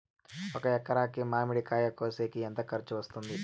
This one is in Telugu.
ఒక ఎకరాకి మామిడి కాయలు కోసేకి ఎంత ఖర్చు వస్తుంది?